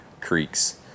Creeks